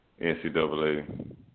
NCAA